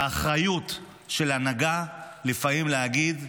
האחריות של הנהגה היא לפעמים להגיד: